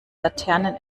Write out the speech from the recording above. laternen